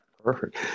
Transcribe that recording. Perfect